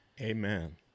Amen